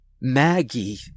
Maggie